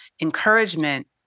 encouragement